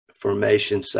formation